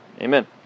Amen